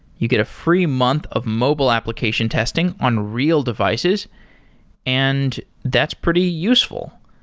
you get a free month of mobile application testing on real devices and that's pretty useful.